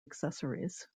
accessories